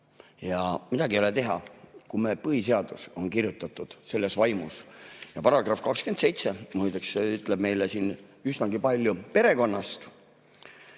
Midagi ei ole teha, kui meie põhiseadus on kirjutatud selles vaimus. Paragrahv 27 räägib meile siin üsnagi palju perekonnast: